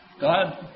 God